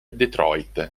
detroit